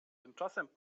tymczasem